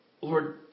Lord